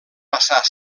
passar